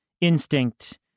instinct